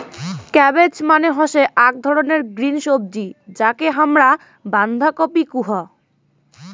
cabbage মানে হসে আক ধরণের গ্রিন সবজি যাকে হামরা বান্ধাকপি কুহু